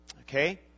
Okay